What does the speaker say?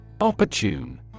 Opportune